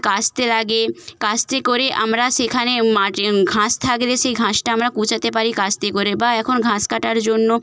কাস্তে লাগে কাস্তে করে আমরা সেখানে মাটি ঘাস থাকলে সেই ঘাসটা আমরা কোচাতে পারি কাস্তে করে বা এখন ঘাস কাটার জন্য